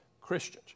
Christians